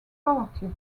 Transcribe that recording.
party